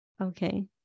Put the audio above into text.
Okay